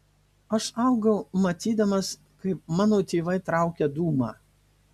aš augau matydamas kaip mano tėvai traukia dūmą